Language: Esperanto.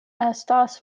estas